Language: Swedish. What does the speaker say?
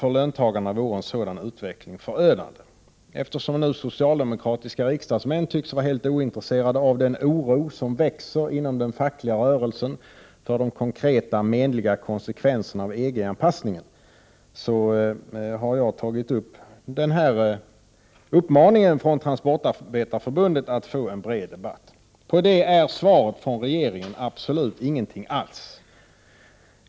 För löntagarna vore en sådan utveckling förödande!” Eftersom socialdemokratiska riksdagsmän nu tycks vara helt ointresserade av den oro som växer inom den fackliga rörelsen inför de konkreta, menliga konsekvenserna av EG-anpassningen, har jag tagit upp Transportarbetareförbundets uppmaning om en bred debatt. Svaret från regeringen är absolut ingenting alls.